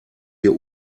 hier